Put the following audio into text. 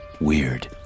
Weird